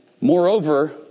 moreover